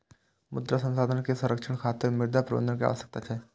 मृदा संसाधन के संरक्षण खातिर मृदा प्रबंधन के आवश्यकता छै